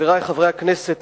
חברי חברי הכנסת,